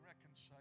reconcile